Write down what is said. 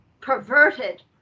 perverted